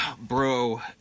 bro